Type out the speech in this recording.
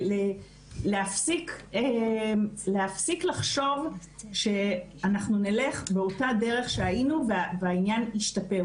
להפסיק לחשוב שאנחנו נלך באותה דרך שהיינו והעניין ישתפר.